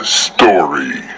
story